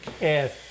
yes